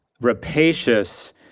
rapacious